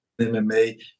MMA